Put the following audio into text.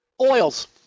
Oils